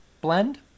blend